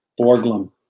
Borglum